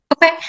Okay